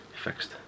fixed